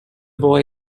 boy